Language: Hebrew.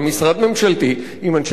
עם אנשי מקצוע מאוד טובים,